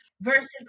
Versus